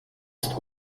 ist